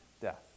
death